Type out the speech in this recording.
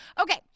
Okay